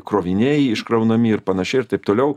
kroviniai iškraunami ir panašiai ir taip tolau